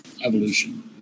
evolution